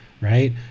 right